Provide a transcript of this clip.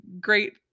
great